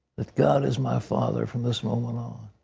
that god is my father from this moment on.